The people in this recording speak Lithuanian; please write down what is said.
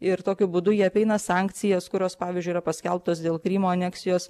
ir tokiu būdu jie apeina sankcijas kurios pavyzdžiui yra paskelbtos dėl krymo aneksijos